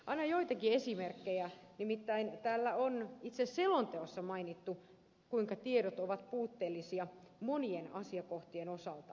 annan joitakin esimerkkejä nimittäin täällä on itse selonteossa mainittu kuinka tiedot ovat puutteellisia monien asiakohtien osalta